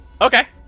Okay